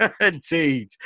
Indeed